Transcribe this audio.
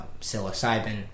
psilocybin